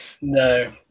No